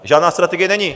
Žádná strategie není.